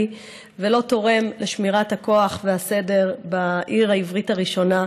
ולא תורם לשמירת הסדר בעיר העברית הראשונה,